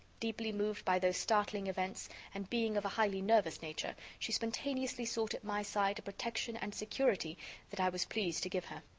deeply moved by those startling events and being of a highly nervous nature, she spontaneously sought at my side a protection and security that i was pleased to give her.